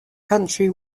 county